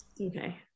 okay